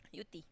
Yew-Tee